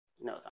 No